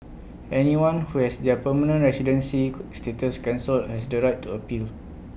anyone who has their permanent residency could status cancelled has the right to appeal